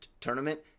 tournament